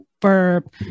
verb